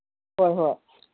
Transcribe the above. ꯍꯣꯏ ꯍꯣꯏ